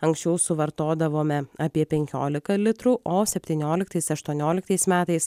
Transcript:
anksčiau suvartodavome apie penkiolika litrų o septynioliktais aštuonioliktais metais